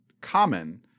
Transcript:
common